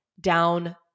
down